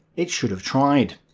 it should have tried.